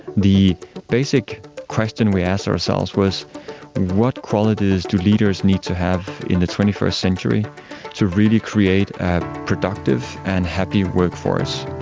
the basic question we asked ourselves was what qualities do leaders need to have in the twenty first century to really create a productive and happy workforce.